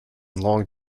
long